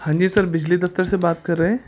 ہاں جی سر بجلی دفتر سے بات کر رہے ہیں